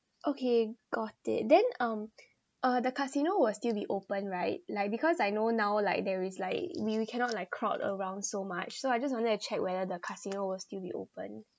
okay got it then um uh the casino will still be open right like because I know now like there is like we we cannot like crowd around so much so I just wanted to check whether the casino will still be open